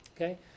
Okay